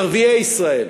ערביי ישראל,